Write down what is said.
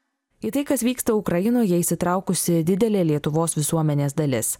į tai kas vyksta ukrainoje įsitraukusi didelė lietuvos visuomenės dalis